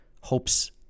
hopes